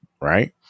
Right